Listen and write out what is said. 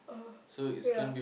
uh yeah